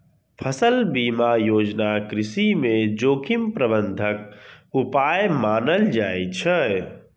फसल बीमा योजना कृषि मे जोखिम प्रबंधन उपाय मानल जाइ छै